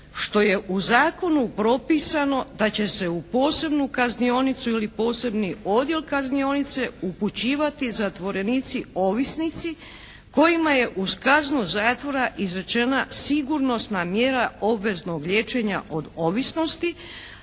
što je u zakonu propisano da će se u posebnu kaznionicu ili posebni odjel kaznionice upućivati zatvorenici ovisnici kojima je uz kaznu zatvora izrečena sigurnosna mjera obveznog liječenja od ovisnosti,